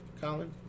Colin